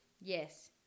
Yes